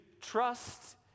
trust